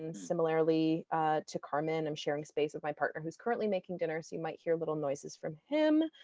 and similarly to carmen, i'm sharing space with my partner who's currently making dinner, so you might hear little noises from him.